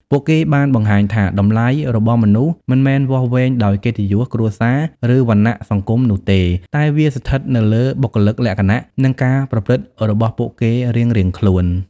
ពួកគេបានបង្ហាញថា តម្លៃរបស់មនុស្សមិនមែនវាស់វែងដោយកិត្តិយសគ្រួសារ ឬវណ្ណៈសង្គមនោះទេ តែវាស្ថិតនៅលើបុគ្គលិកលក្ខណៈ និងការប្រព្រឹត្តរបស់ពួកគេរៀងៗខ្លួន។